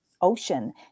ocean